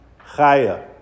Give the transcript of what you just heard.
Chaya